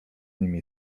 nimi